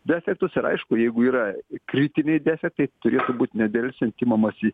defektus ir aišku jeigu yra kritiniai defektai turėtų būt nedelsiant imamasi